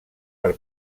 per